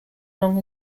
long